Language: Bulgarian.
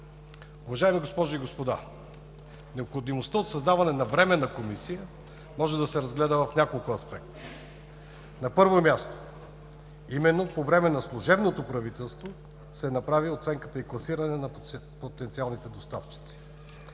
Уважаеми, госпожи и господа, необходимостта от създаване на Временна комисия може да се разгледа в няколко аспекта. На първо място, именно по време на служебното правителство се направи оценката и класиране на потенциалните доставчици.